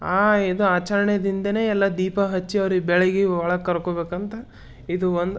ಆ ಇದು ಆಚರಣೆದಿಂದನೇ ಎಲ್ಲ ದೀಪ ಹಚ್ಚಿ ಅವ್ರಿಗೆ ಬೆಳಗಿ ಒಳಕ್ಕೆ ಕರ್ಕೋಬೇಕಂತ ಇದು ಒಂದು